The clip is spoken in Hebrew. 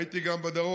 הייתי גם בדרום,